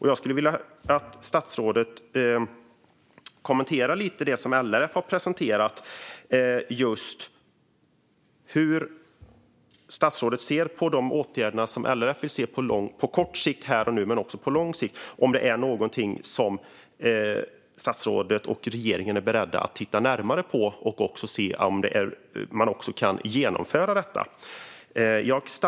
Jag skulle vilja att statsrådet kommenterar det som LRF har presenterat. Hur ser statsrådet på de åtgärder som LRF vill se på kort sikt, här och nu, men också på lång sikt? Är det någonting som statsrådet och regeringen är beredda att titta närmare på för att se om man kan genomföra detta?